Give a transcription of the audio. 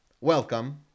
Welcome